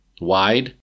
wide